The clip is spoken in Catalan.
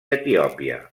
etiòpia